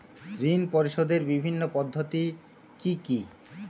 ঋণ পরিশোধের বিভিন্ন পদ্ধতি কি কি?